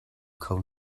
kho